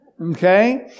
Okay